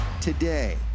today